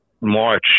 March